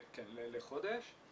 כן, לחודש.